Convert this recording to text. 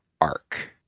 arc